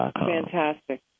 Fantastic